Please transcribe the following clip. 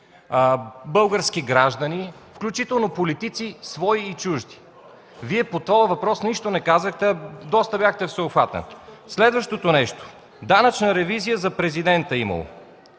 български граждани, включително политици – свои и чужди? Вие по този въпрос нищо не казахте, а доста бяхте всеобхватен. Следващото нещо, имало данъчна ревизия за Президента.